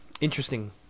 interesting